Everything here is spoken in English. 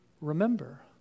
remember